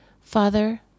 Father